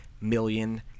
million